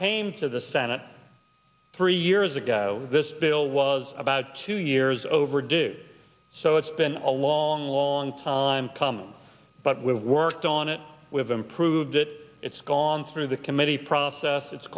came to the senate three years ago this bill was about two years overdue so it's been a long long time coming but we worked on it we have improved it it's gone through the committee process it's